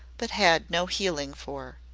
but had no healing for.